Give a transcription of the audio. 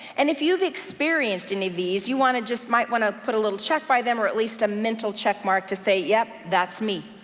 and if you've experienced any of these, you want to just, might want to put a little check by them, or at least a mental check mark to say yep, that's me.